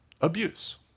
abuse